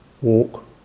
walk